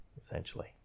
essentially